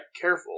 careful